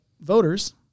voters